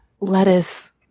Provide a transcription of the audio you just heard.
Lettuce